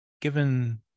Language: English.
given